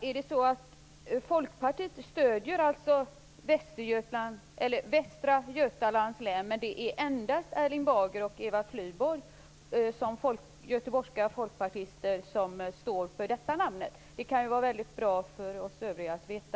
Är det så att Folkpartiet stöder Västra Götalands län, och att endast Erling Bager och Eva Flyborg som Göteborgska folkpartister som står för detta namn? Det kan vara bra för oss övriga att veta.